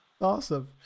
Awesome